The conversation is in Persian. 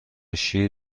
شیر